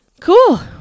cool